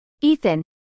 Ethan